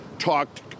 talked